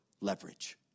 leverage